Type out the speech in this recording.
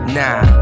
nah